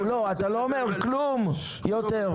אתה לא אומר כלום יותר.